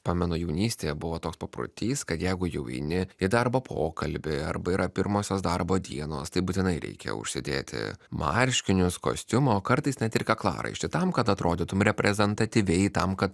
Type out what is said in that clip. pamenu jaunystėje buvo toks paprotys kad jeigu jau eini į darbo pokalbį arba yra pirmosios darbo dienos tai būtinai reikia užsidėti marškinius kostiumą o kartais net ir kaklaraištį tam kad atrodytum reprezentatyviai tam kad